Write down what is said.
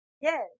Yes